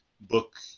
book